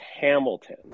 Hamilton